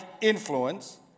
influence